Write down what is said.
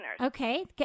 Okay